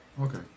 Okay